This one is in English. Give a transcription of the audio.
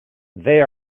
they